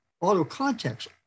auto-context